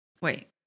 wait